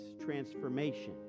transformation